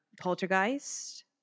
Poltergeist